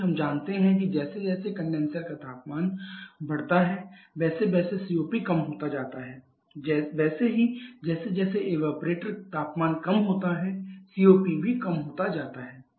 क्योंकि हम जानते हैं कि जैसे जैसे कंडेनसर का तापमान बढ़ता है वैसे वैसे सीओपी कम होता जाता है वैसे ही जैसे जैसे इवेपरेटर तापमान कम होता है सीओपी भी कम होता जाता है